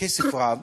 כסף רב.